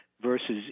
versus